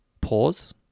Pause